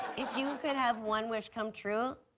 if you could have one wish come true,